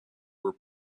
were